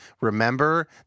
remember